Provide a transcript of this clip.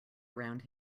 around